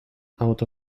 out